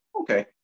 Okay